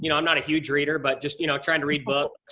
you know i'm not a huge reader, but just you know trying to read books.